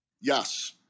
Yes